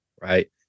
Right